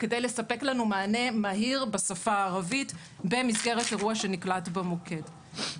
כדי לספק לנו מענה מהיר בשפה הערבית במסגרת אירוע שנקלט במוקד.